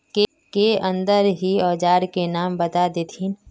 के अंदर ही औजार के नाम बता देतहिन?